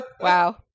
Wow